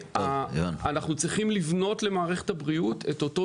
אנחנו צריכים לבנות למערכת הבריאות את אותו